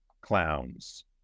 clowns